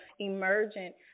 emergent